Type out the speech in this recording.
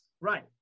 right